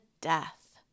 death